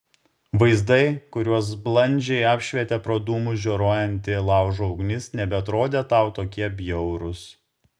vaizdai kuriuos blandžiai apšvietė pro dūmus žioruojanti laužo ugnis nebeatrodė tau tokie bjaurūs